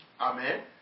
Amen